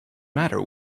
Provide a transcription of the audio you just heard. matter